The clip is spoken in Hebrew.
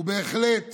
הוא בהחלט